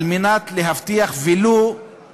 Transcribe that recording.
על מנת להבטיח שלא יהיה ולו